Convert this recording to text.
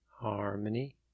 Harmony